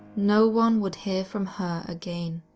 no one would hear from her again.